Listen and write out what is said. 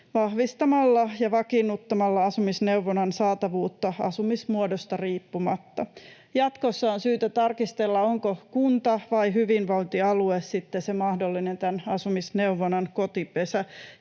vahvistamalla ja vakiinnuttamalla asumisneuvonnan saatavuutta asumismuodosta riippumatta. Jatkossa on syytä tarkistella, onko kunta vai hyvinvointialue sitten se mahdollinen asumisneuvonnan kotipesä,